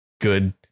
good